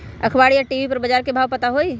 अखबार या टी.वी पर बजार के भाव पता होई?